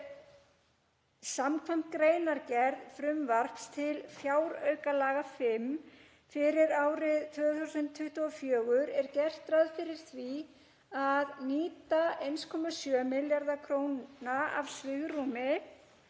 samþykkt. Samkvæmt greinargerð frumvarps til fjáraukalaga V fyrir árið 2024 er gert ráð fyrir að nýta 1,7 milljarða kr. af svigrúmi